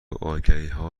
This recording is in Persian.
آگهیها